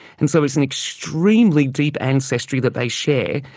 and so it was an extremely deep ancestry that they share.